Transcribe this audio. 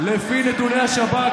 לפי נתוני השב"כ,